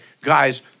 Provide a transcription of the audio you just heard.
guys